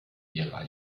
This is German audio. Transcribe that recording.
ihrer